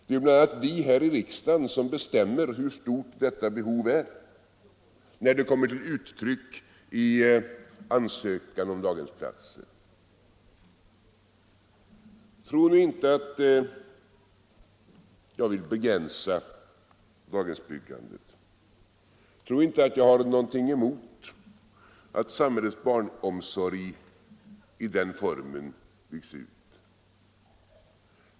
Det är bl.a. vi här i riksdagen som bestämmer hur stort detta behov är, när det kommer till uttryck i ansökningar om daghemsplatser. Tro nu inte att jag vill begränsa daghemsbyggandet! Tro inte att jag har någonting emot att samhällets barnomsorg i den formen byggs ut!